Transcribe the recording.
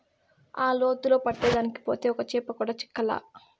ఆ లోతులో పట్టేదానికి పోతే ఒక్క చేప కూడా చిక్కలా